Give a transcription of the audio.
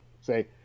say